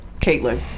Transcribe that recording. Caitlyn